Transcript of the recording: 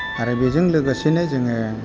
आरो बेजों लोगोसेनो जोङो